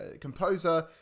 composer